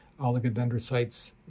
oligodendrocytes